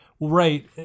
right